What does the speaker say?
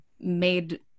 made